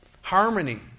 harmony